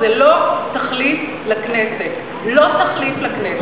זה לא תחליף לכנסת, לא תחליף לכנסת.